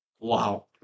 Wow